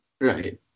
Right